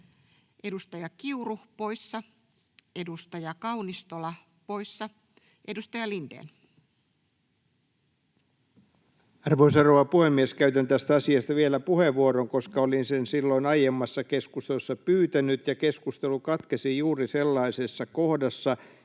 3 luvun 3 §:n muuttamisesta Time: 21:19 Content: Arvoisa rouva puhemies! Käytän tästä asiasta vielä puheenvuoron, koska olin sen silloin aiemmassa keskustelussa pyytänyt ja keskustelu katkesi juuri sellaisessa kohdassa,